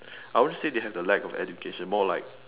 I won't say they have the lack of education more like